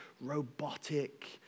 robotic